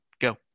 go